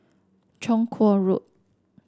Chong Kuo Road